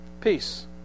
Peace